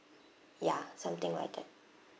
ya something like that